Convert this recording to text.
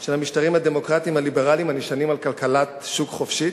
של המשטרים הדמוקרטיים הליברליים הנשענים על כלכלת שוק חופשית,